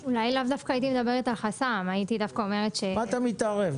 מה אתה מתערב?